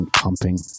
pumping